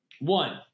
one